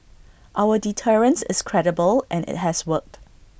our deterrence is credible and IT has worked